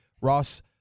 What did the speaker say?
Ross